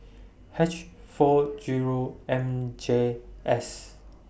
H four Zero M J S